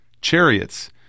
chariots